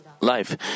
life